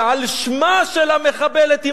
שעל שמה של המחבלת,